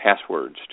passwords